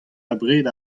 abred